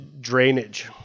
drainage